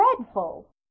dreadful